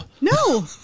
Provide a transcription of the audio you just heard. No